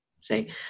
see